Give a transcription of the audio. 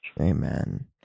Amen